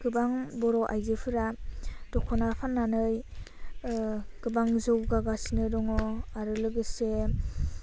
गोबां बर' आइजोफोरा दख'ना फान्नानै गोबां जौगागासिनो दङ आरो लोगोसे